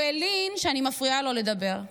הוא הלין שאני מפריעה לו לדבר.